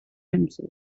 himself